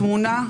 תמונה,